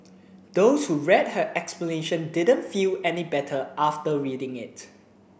those who read her explanation didn't feel any better after reading it